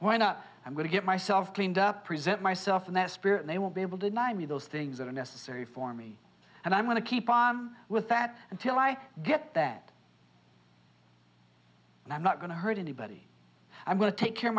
why not i'm going to get myself cleaned up present myself in that spirit they will be able to deny me those things that are necessary for me and i'm going to keep on with that until i get that and i'm not going to hurt anybody i'm going to take care